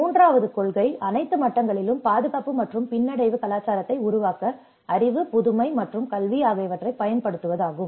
மூன்றாவது கொள்கை அனைத்து மட்டங்களிலும் பாதுகாப்பு மற்றும் பின்னடைவு கலாச்சாரத்தை உருவாக்க அறிவு புதுமை மற்றும் கல்வி ஆகியவற்றைப் பயன்படுத்துவதாகும்